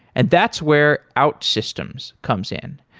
and that's where outsystems comes in.